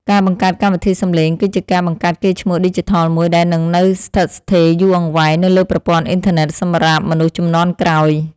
ការបង្កើតកម្មវិធីសំឡេងគឺជាការបង្កើតកេរ្តិ៍ឈ្មោះឌីជីថលមួយដែលនឹងនៅស្ថិតស្ថេរយូរអង្វែងនៅលើប្រព័ន្ធអ៊ីនធឺណិតសម្រាប់មនុស្សជំនាន់ក្រោយ។